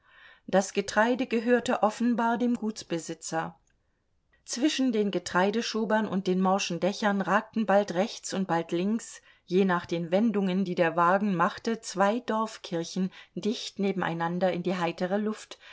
das getreide gehörte offenbar dem gutsbesitzer zwischen den getreideschobern und den morschen dächern ragten bald rechts und bald links je nach den wendungen die der wagen machte zwei dorfkirchen dicht nebeneinander in die heitere luft